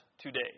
today